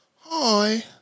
Hi